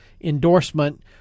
endorsement